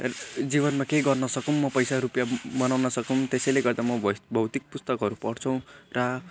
जीवनमा केही गर्न सकुँ म पैसा रुपियाँ बनाउन सकुँ त्यसैले गर्दा म भौतिक पुस्तकहरू पढ्छु टा